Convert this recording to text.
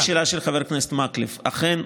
לשאלה של חבר הכנסת מקלב, אכן,